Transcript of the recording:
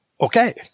okay